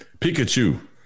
Pikachu